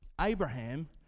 Abraham